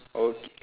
okay